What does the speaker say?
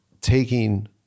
taking